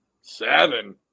Seven